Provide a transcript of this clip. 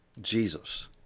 jesus